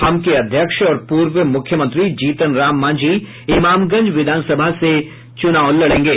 हम के अध्यक्ष और पूर्व मुख्यमंत्री जीतन राम मांझी इमामगंज विधानसभा से चूनाव लडेंगे